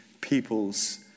peoples